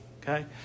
okay